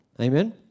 Amen